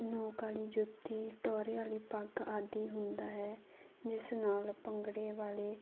ਨੋਕ ਵਾਲੀ ਜੁੱਤੀ ਟੋਰੇ ਵਾਲੀ ਪੱਗ ਆਦਿ ਹੁੰਦਾ ਹੈ ਜਿਸ ਨਾਲ ਭੰਗੜੇ ਵਾਲੇ